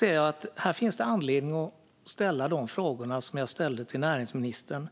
jag att det finns anledning att ställa samma frågor till henne som jag ställde till näringsministern.